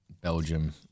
Belgium